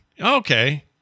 Okay